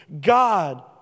God